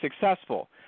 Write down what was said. successful